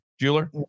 jeweler